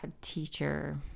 teacher